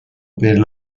per